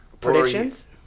Predictions